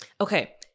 okay